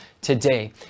today